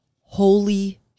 Holy